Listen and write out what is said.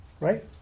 right